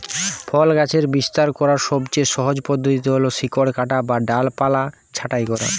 ফল গাছের বিস্তার করার সবচেয়ে সহজ পদ্ধতি হল শিকড় কাটা বা ডালপালা ছাঁটাই করা